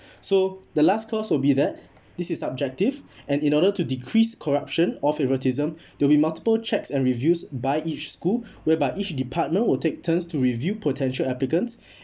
so the last clause would be that this is subjective and in order to decrease corruption or favouritism there'll be multiple checks and reviews by each school whereby each department will take turns to review potential applicants